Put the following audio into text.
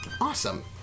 Awesome